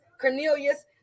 cornelius